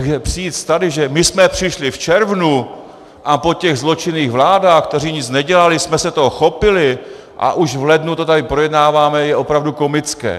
Takže přijít tady, že my jsme přišli v červnu a po těch zločinných vládách, které nic nedělaly, jsme se toho chopili a už v lednu to tady projednáváme, je opravdu komické.